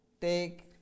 take